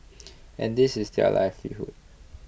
and this is their livelihood